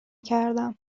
کردم